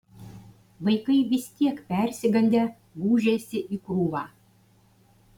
vaikai vis tiek persigandę gūžėsi į krūvą